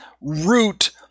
root